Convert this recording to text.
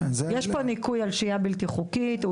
יש פה ניכוי על שהיה בלתי חוקית.